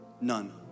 None